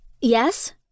Yes